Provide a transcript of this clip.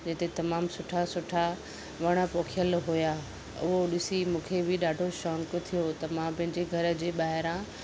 जिते तमाम सुठा सुठा वण पोखयल होया उहो ॾिसी मूंखे बि ॾाढो शोक थियो त मां पंहिंजे घर जे ॿाहिरां